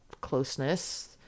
closeness